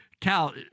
Cal